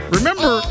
Remember